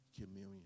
communion